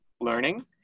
learning